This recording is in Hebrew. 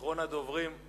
אחרון הדוברים,